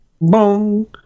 Boom